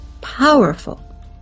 powerful